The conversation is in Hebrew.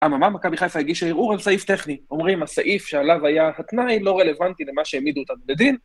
אממה, מכבי חיפה הגישה ערעור על סעיף טכני. אומרים, הסעיף שעליו היה התנאי, לא רלוונטי למה שהעמידו אותנו בדין.